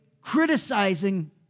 criticizing